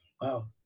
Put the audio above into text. wow